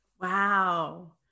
Wow